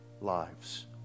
lives